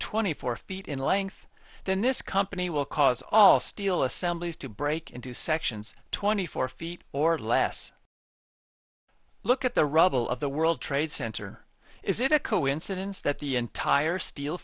twenty four feet in length then this company will cause all steel assemblies to break into sections twenty four feet or less look at the rubble of the world trade center is it a coincidence that the entire ste